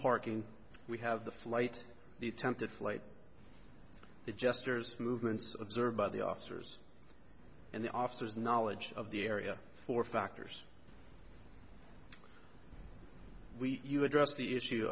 parking we have the flight the attempted flight the jesters movements observed by the officers and the officers knowledge of the area four factors you address the issue